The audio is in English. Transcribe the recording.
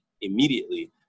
immediately